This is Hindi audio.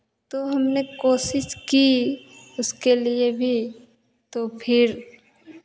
तो हमने कोशिश की उसके लिए भी तो फिर